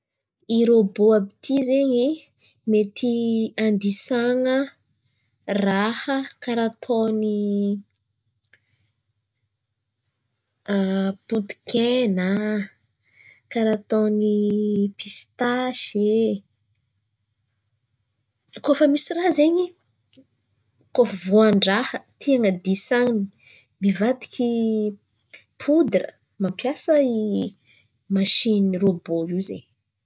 I rôbô àby ty zen̈y mety andisana raha karà ataon̈y potikena, pistasy e. Kô fa misy raha zen̈y, kôa fa voandràha avadiky podra mampiasa mashiny, rôbô io zen̈y.